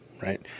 right